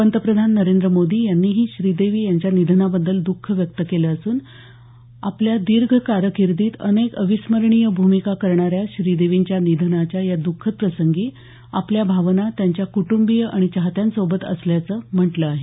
पंतप्रधान नरेंद्र मोदी यांनीही श्रीदेवी यांच्या निधनाबद्दल दुख व्यक्त केलं असून आपल्या दीर्घ कारकीर्दीत अनेक अविस्मरणीय भूमिका करणाऱ्या श्रीदेवींच्या निधनाच्या या द्ःखद प्रसंगी आपल्या भावना त्यांच्या कुटंबीय आणि चाहत्यांसोबत असल्याचं म्हटलं आहे